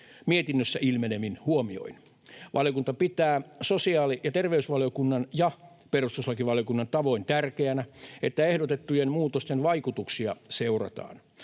mietinnöstä ilmenevin huomioin. Valiokunta pitää sosiaali- ja terveysvaliokunnan ja perustuslakivaliokunnan tavoin tärkeänä, että ehdotettujen muutosten vaikutuksia seurataan.